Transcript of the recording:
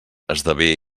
esdevé